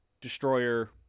destroyer